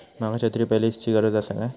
माका छत्री पॉलिसिची गरज आसा काय?